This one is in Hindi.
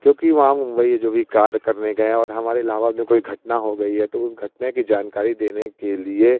क्योंकि वहाँ मुम्बई है जो भी कार्य करने गया और हमारे इलाहाबाद में कोई घटना हो गई है तो उस घटने कि जानकारी देने के लिए